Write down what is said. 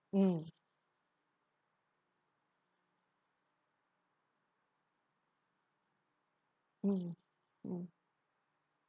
mm mm hmm